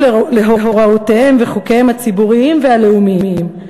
להוראותיהם וחוקיהם הציבוריים והלאומיים.